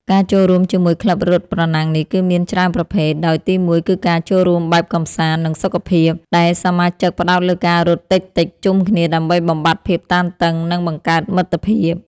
ការចូលរួមជាមួយក្លឹបរត់ប្រណាំងនេះ គឺមានច្រើនប្រភេទ ដោយទីមួយគឺការចូលរួមបែបកម្សាន្ត និងសុខភាព ដែលសមាជិកផ្តោតលើការរត់តិចៗជុំគ្នាដើម្បីបំបាត់ភាពតានតឹង និងបង្កើតមិត្តភាព។